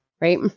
Right